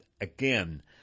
again